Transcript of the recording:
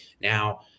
Now